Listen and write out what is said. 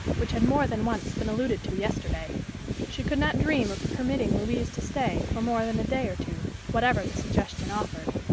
which had more than once been alluded to yesterday she could not dream of permitting louise to stay for more than a day or two, whatever the suggestion offered.